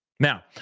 Now